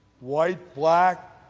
white, black,